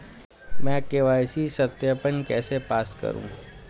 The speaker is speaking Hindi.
मैं के.वाई.सी सत्यापन कैसे पास करूँ?